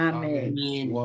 Amen